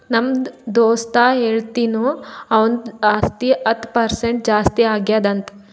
ನಮ್ದು ದೋಸ್ತ ಹೇಳತಿನು ಅವಂದು ಆಸ್ತಿ ಹತ್ತ್ ಪರ್ಸೆಂಟ್ ಜಾಸ್ತಿ ಆಗ್ಯಾದ್ ಅಂತ್